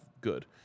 good